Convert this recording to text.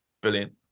Brilliant